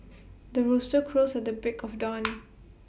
the rooster crows at the break of dawn